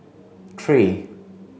three